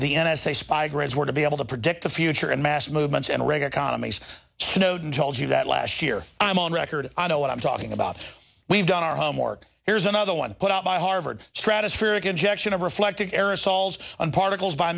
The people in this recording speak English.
the n s a spy grids were to be able to predict the future and mass movements and radio commies to note and tells you that last year i'm on record i know what i'm talking about we've done our homework here's another one put out by harvard stratospheric injection of reflected aerosols on particles by